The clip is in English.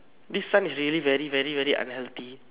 this sun is really very very very unhealthy